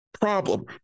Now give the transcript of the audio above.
Problem